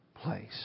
place